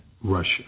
Russia